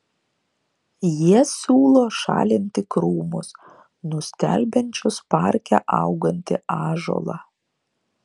jie siūlo šalinti krūmus nustelbiančius parke augantį ąžuolą